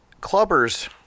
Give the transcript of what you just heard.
Clubber's